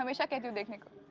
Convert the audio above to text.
um shankar like nikum.